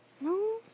No